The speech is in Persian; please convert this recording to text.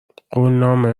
قولنامه